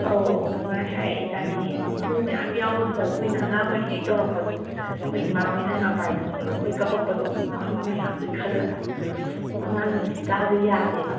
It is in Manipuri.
ꯑꯥꯎ ꯑꯗꯨꯃꯥꯏꯅ ꯍꯥꯏꯌꯦ ꯆꯥꯅꯤꯡꯉꯦ ꯑꯗꯨꯝ ꯃꯔꯨ ꯃꯌꯥꯝ ꯌꯥꯎꯕꯗꯨꯗ ꯑꯩꯈꯣꯏꯅ ꯑꯉꯥꯡ ꯑꯣꯏꯔꯤꯉꯩ ꯇꯧꯔꯛꯄꯗꯣ ꯑꯩꯈꯣꯏ ꯏꯃꯥꯍꯣꯏꯅ ꯉꯥꯄꯥꯏ ꯊꯣꯡꯉꯒ ꯑꯩꯈꯣꯏ ꯀꯞꯄꯛꯄꯗꯣ ꯃꯔꯨ ꯃꯌꯥꯝꯗꯨꯒꯤ ꯈꯜꯂꯒ ꯑꯉꯥꯡꯁꯤꯡꯁꯤ ꯆꯥꯎꯋꯣ ꯌꯥꯗꯦꯕ